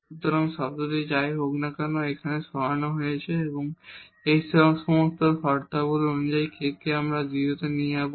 সুতরাং এই টার্মটি যাই হোক না কেন এখানে সরানো হয়েছে এবং এই সমস্ত শর্তাবলী অনুযায়ী k কে আমরা 0 তে নিয়ে যাব